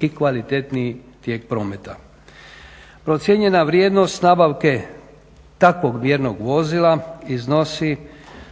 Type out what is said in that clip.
i kvalitetniji tijek prometa. Procijenjena vrijednost nabavke takvog mjernog vozila iznosi